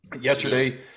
Yesterday